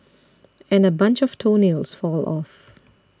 and a bunch of toenails fall off